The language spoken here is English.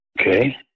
Okay